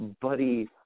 buddy